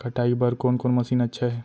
कटाई बर कोन कोन मशीन अच्छा हे?